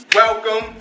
welcome